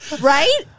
Right